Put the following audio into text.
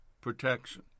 protection